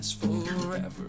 Forever